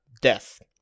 death